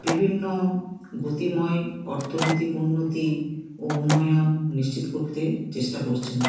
বিভিন্ন গতিময় অর্থনৈতিক উন্নতি ও উন্নয়ন নিশ্চিত করতে চেষ্টা করছেন